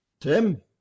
Tim